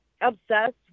obsessed